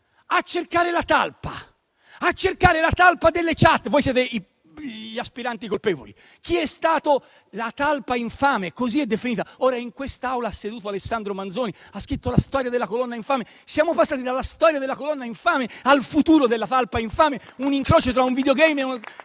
a cercare la talpa delle *chat*. Voi siete gli aspiranti colpevoli. Chi è stato la talpa infame? Così è definita. Ora, in quest'Aula ha seduto Alessandro Manzoni, che ha scritto la «Storia della colonna infame». Siamo passati dalla «Storia della colonna infame» al futuro della talpa infame, un incrocio tra un *videogame*